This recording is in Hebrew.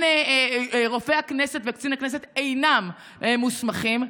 רופא הכנסת וקצין הכנסת אינם מוסמכים.